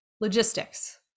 logistics